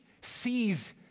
sees